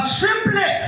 simply